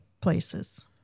places